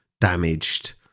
damaged